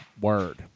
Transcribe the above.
Word